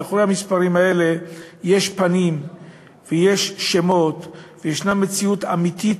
מאחורי המספרים האלה יש פנים ויש שמות ויש מציאות אמיתית,